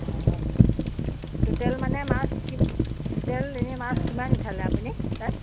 হয় হয় টুটেল মানে মাছ কিম্ টুটেল এনেই মাছ কিমান উঠালে আপুনি তাত